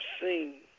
seen